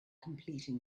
completing